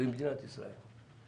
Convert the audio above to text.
במדינת ישראל.